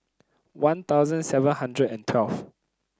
One Thousand seven hundred and twelve